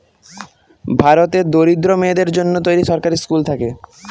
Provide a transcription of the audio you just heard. ভারতের দরিদ্র মেয়েদের জন্য তৈরী সরকারি স্কুল থাকে